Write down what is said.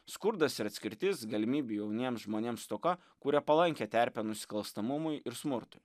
skurdas ir atskirtis galimybių jauniems žmonėms stoka kuria palankią terpę nusikalstamumui ir smurtui